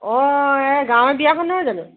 অঁ এই গাঁৱৰে বিয়াখন নহয় জানো